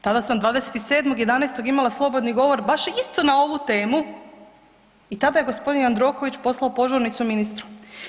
Tada sam 27.11. imala slobodni govor baš isto na ovu temu i tada je g. Jandroković poslao požurnicu ministru.